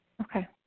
Okay